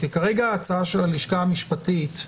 כרגע ההצעה של הלשכה המשפטית,